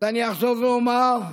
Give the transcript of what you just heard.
ואני אחזור ואומר: